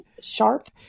sharp